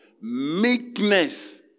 Meekness